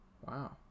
Wow